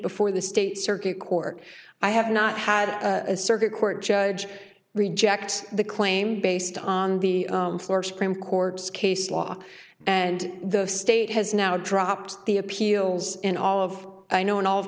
before the state circuit court i have not had a circuit court judge reject the claim based on the floor supreme court's case law and the state has now dropped the appeals in all of i know in all of